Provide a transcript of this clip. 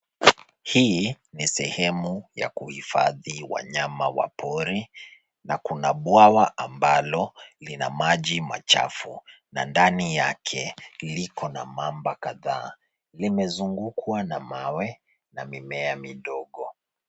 Hii ni sehemu ya kuhifadhi wanyama wa pori na kuna bwawa ambalo lina maji machafu na ndani yake liko na mamba kadhaa. Limezungukwa na mawe na mimea midogo.